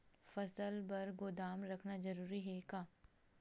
फसल बर गोदाम रखना जरूरी हे का?